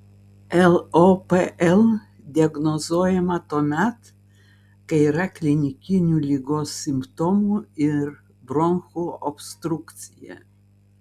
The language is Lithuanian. lopl diagnozuojama tuomet kai yra klinikinių ligos simptomų ir bronchų obstrukcija